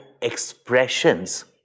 expressions